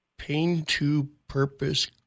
Pain-to-Purpose